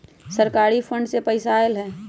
सरकारी फंड से पईसा आयल ह?